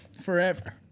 forever